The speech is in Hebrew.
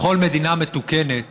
בכל מדינה מתוקנת